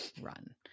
run